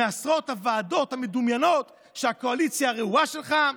מעשרות הוועדות המדומיינות של הקואליציה הרעועה שלך?